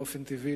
באופן טבעי,